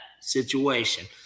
situation